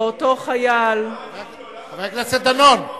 ואותו חייל, חבר הכנסת דנון.